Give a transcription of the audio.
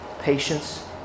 patience